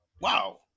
wow